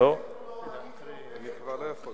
אם הוא לוקה בזיכרונו,